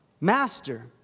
Master